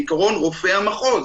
בעיקרון רופא המחוז,